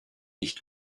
nicht